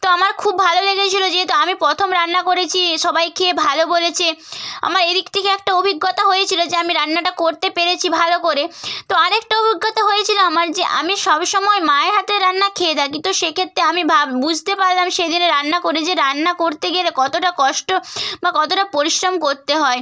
তো আমার খুব ভালো লেগেছিলো যেহেতু আমি প্রথম রান্না করেছি সবাই খেয়ে ভালো বলেছে আমার এদিক থেকে একটা অভিজ্ঞতা হয়েছিলো যে আমি রান্নাটা করতে পেরেছি ভালো করে তো আরেকটা অভিজ্ঞতা হয়েছিলো আমার যে আমি সব সময় মায়ের হাতের রান্না খেয়ে থাকি তো সেক্ষেত্তে আমি বুঝতে পারলাম সেদিনে রান্না করে যে রান্না করতে গেলে কতোটা কষ্ট বা কতোটা পরিশ্রম করতে হয়